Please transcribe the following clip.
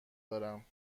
دارم